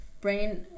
brain